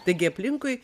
taigi aplinkui